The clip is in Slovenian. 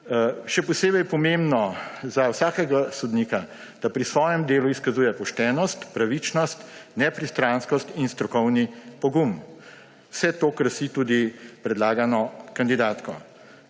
Še posebej pomembno za vsakega sodnika je, da pri svojem delu izkazuje poštenost, pravičnost, nepristranskost in strokovni pogum. Vse to krasi tudi predlagano kandidatko.